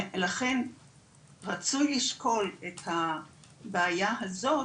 לכן רצוי לשקול את הבעיה הזאת,